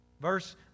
Verse